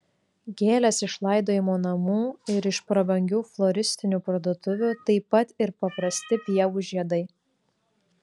gėlės iš laidojimo namų ir iš prabangių floristinių parduotuvių taip pat ir paprasti pievų žiedai